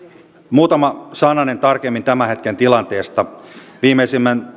muutama sananen tarkemmin tämän hetken tilanteesta viimeisimmän